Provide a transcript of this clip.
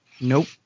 Nope